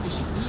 mmhmm